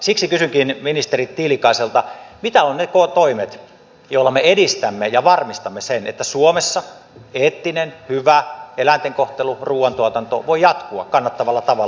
siksi kysynkin ministeri tiilikaiselta mitä ovat ne toimet joilla me edistämme ja varmistamme sen että suomessa eettinen hyvä eläinten kohtelu ruuantuotanto voi jatkua kannattavalla tavalla